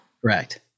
Correct